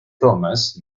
thomas